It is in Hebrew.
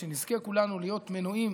שנזכה כולנו להיות מנועים